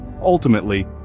ultimately